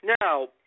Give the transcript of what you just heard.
Now